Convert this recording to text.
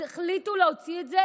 החליטו להוציא את זה